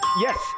Yes